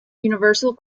universal